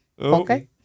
Okay